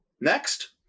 Next